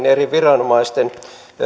eri viranomaisten